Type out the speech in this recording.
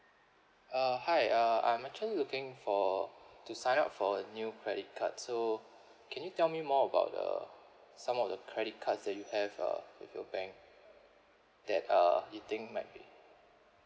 uh hi uh I'm actually looking for to sign up for a new credit card so can you tell me more about the some of the credit cards that you have uh with your bank that uh you think might be